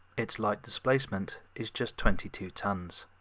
its light displacement is just twenty two tonnes,